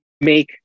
make